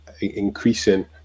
increasing